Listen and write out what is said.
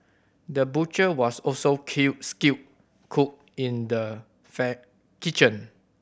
the butcher was also kill skilled cook in the kitchen